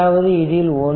அதாவது இதில்123